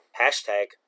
Hashtag